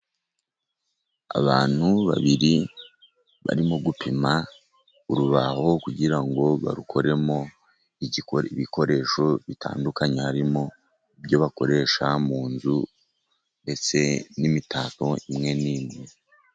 Abantu babiri barimo gupima urubaho kugira ngo barukoremo ibikoresho bitandukanye, harimo ibyo bakoresha mu nzu, ndetse n'imitako imwe n'imwe.